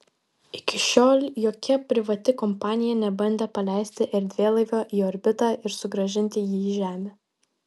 iki šiol jokia privati kompanija nebandė paleisti erdvėlaivio į orbitą ir sugrąžinti jį į žemę